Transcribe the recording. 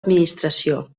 administració